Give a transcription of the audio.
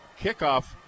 kickoff